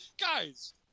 Guys